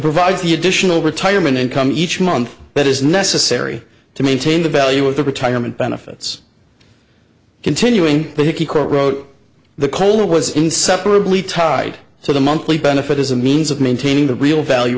provides the additional retirement income each month that is necessary to maintain the value of the retirement benefits continuing but he co wrote the cola was inseparably tied so the monthly benefit is a means of maintaining the real value